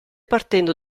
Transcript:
partendo